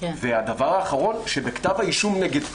והדבר האחרון הוא שבכתב האישום נגד פרי,